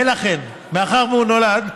ולכן, מאחר שהוא נולד,